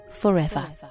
Forever